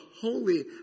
holy